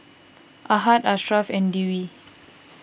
Ahad Ashraff and Dewi